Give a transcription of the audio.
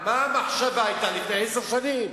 מה המחשבה היתה לפני עשר שנים?